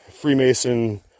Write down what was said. freemason